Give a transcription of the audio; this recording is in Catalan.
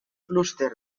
clúster